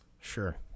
Sure